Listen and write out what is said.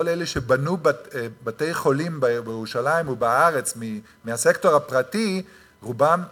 כל אלה שבנו בתי-חולים בירושלים ובארץ מהסקטור הפרטי רובם ככולם,